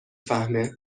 فهمه